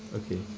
okay